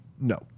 No